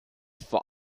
vor